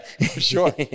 sure